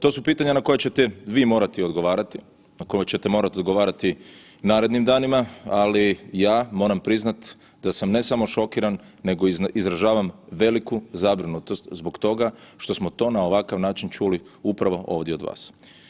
To su pitanja na koja ćete vi morati odgovarati, na koja ćete morati odgovarati u narednim danima, ali ja moram priznati da sam ne samo šokiran nego izražavam veliku zabrinutost zbog toga što smo to na ovakav način čuli upravo ovdje od vas.